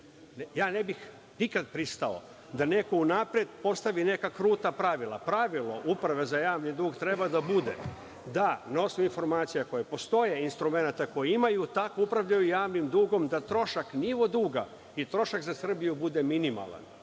Ja ne bih nikad pristao da neko unapred postavi neka kruta pravila. Pravilo Uprave za javni dug treba da bude da na osnovu informacija koje postoje i instrumenata koje imaju tako upravljaju javnim dugom, da trošak, nivo duga i trošak za Srbiju bude minimalan.